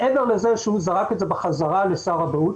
מעבר לזה שהוא זרק את זה בחזרה לשר הבריאות,